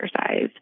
exercise